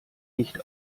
nicht